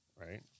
right